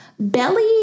Belly